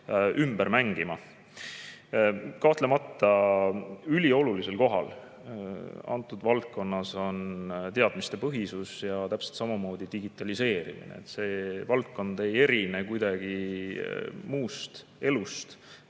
ümber mängima. Kahtlemata on selles valdkonnas üliolulisel kohal teadmistepõhisus ja täpselt samamoodi digitaliseerimine. See valdkond ei erine kuidagi muust elust,